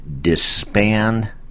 disband